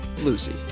Lucy